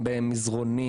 במזרנים,